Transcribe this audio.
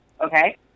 Okay